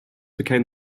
became